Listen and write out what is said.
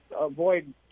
avoid